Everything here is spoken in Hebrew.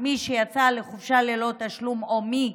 מי שיצאה לחופשה ללא תשלום, או מי